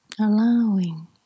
allowing